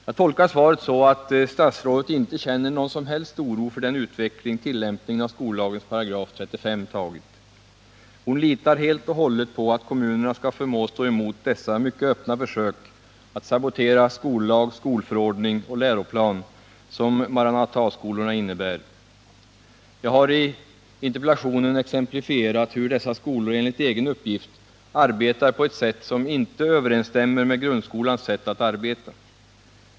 Jag tolkar svaret så att statsrådet inte känner någon som helst oro för den utveckling tillämpningen av skollagens 35 § tagit. Hon litar helt och hållet på att kommunerna skall förmå stå emot dessa mycket öppna försök att sabotera skollag, skolförordning och läroplan, som Maranataskolorna innebär. Jag har i interpellationen exemplifierat hur dessa skolor enligt egen uppgift arbetar på ett sätt som inte överensstämmer med grundskolans sätt att arbeta.